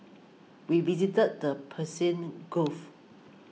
we visited the Persian Gulf